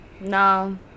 No